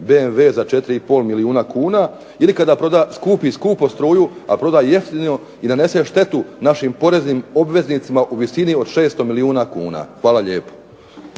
BMW za 4 i pol milijuna kuna, ili kada proda skupi skupo struju, a proda jeftino, i nanese štetu našim poreznim obveznicima u visini od 600 milijuna kuna. Hvala lijepo.